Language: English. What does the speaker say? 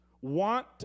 want